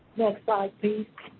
next slide, please.